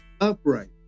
Upright